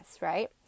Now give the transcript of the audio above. right